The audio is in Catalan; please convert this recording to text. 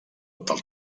del